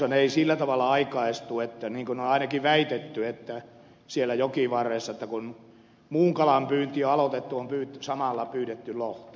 kalastushan ei sillä tavalla aikaistu kuin on ainakin väitetty siellä jokivarressa että kun muun kalan pyynti on aloitettu on samalla pyydetty lohta